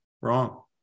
wrong